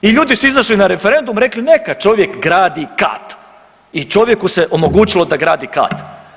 I ljudi su izašli na referendum, rekli neka čovjek gradi kat i čovjeku se omogućilo da gradi kat.